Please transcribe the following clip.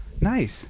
Nice